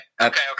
okay